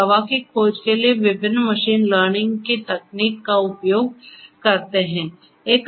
वे दवा की खोज के लिए विभिन्न मशीन लर्निंग की तकनीक का उपयोग करते हैं